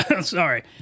Sorry